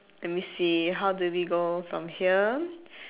let me see how do we go from here